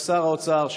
ששר האוצר,